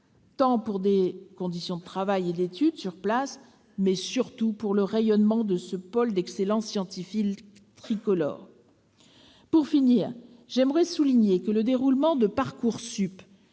pour les conditions de travail et d'études sur place, mais surtout pour le rayonnement de ce pôle d'excellence scientifique tricolore. Pour finir, je souligne que le déroulement de Parcoursup,